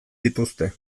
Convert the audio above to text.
dituzte